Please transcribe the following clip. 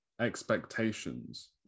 expectations